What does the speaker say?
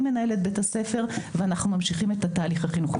עם מנהלת בית הספר ואנחנו ממשיכים את התהליך החינוכי.